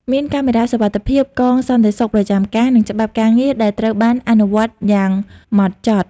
មានកាមេរ៉ាសុវត្ថិភាព កងសន្តិសុខប្រចាំការ និងច្បាប់ការងារដែលត្រូវបានអនុវត្តយ៉ាងម៉ត់ចត់។